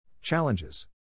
challenges